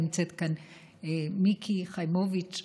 נמצאים כאן מיקי חיימוביץ',